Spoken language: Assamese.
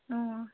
অঁ